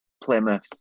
Plymouth